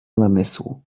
namysłu